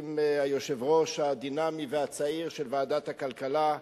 עם היושב-ראש הדינמי והצעיר של ועדת הכלכלה,